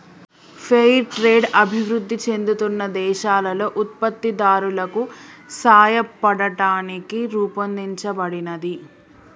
fair trade అభివృద్ధి చెందుతున్న దేశాలలో ఉత్పత్తిదారులకు సాయపడటానికి రూపొందించబడినది